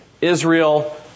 Israel